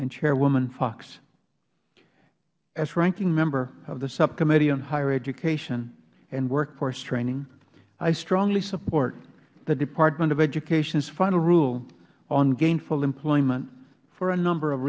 and chairwoman foxx as ranking member of the subcommittee on higher education and workforce training i strongly support the department of education's final rule on gainful employment for a number of